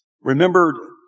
Remember